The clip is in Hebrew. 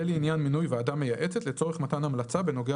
ו לעניין מינוי ועדה מייעצת לצורך מתן המלצה בנוגע